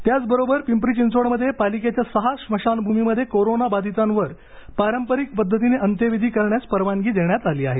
त्याच बरोबर पिंपरी चिंचवडमध्ये पालिकेच्या सहा स्मशानभूमीमध्ये कोरोना बाधितावर पारपरिक पद्धतीने अंत्यविधी करण्यास परवानगी देण्यात आली आहे